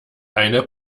eine